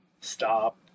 stop